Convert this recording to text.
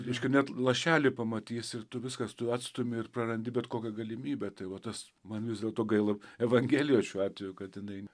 reiškia net lašelį pamatys ir tu viskas tu atstumi ir prarandi bet kokią galimybę tai va tas man vis dėlto gaila evangelijos šiuo atveju kad jinai